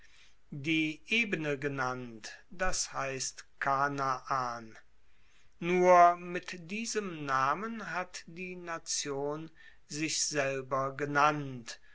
die ebene genannt das heisst kanaan nur mit diesem namen hat die nation sich selber genannt